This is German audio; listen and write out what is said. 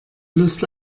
lust